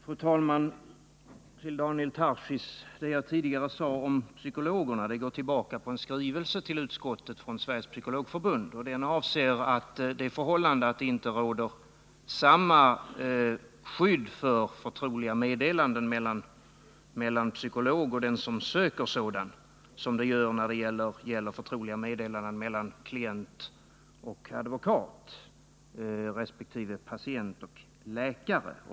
Fru talman! Jag vill säga till Daniel Tarschys att det jag tidigare sade om psykologerna går tillbaka på en skrivelse till utskottet från Sveriges psykologförbund som avser det förhållandet att det inte råder samma skydd för förtroliga meddelanden mellan psykolog och den som söker sådan som det gör när det gäller förtroliga meddelanden mellan klient och advokat resp. patient och läkare.